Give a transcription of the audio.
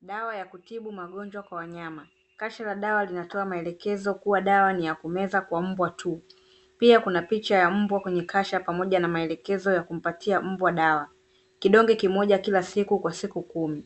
Dawa ya kutibu magonjwa kwa wanyama, kashi la dawa linatoa maelekezo kuwa dawa ni ya kumeza kwa mbwa tu. Pia kuna picha ya mbwa kwenye kasha, pamoja na maelekezo ya kumpatia mbwa dawa kidogo kimoja kila siku kwa siku 10.